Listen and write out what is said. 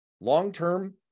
long-term